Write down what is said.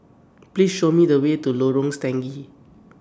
Please Show Me The Way to Lorong Stangee